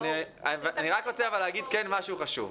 אני רוצה לומר משהו חשוב.